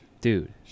Dude